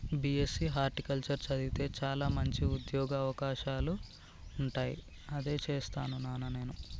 BSc horticulture చదివితే చాల మంచి ఉంద్యోగ అవకాశాలుంటాయి అదే చేస్తాను నానా నేను